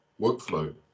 workflow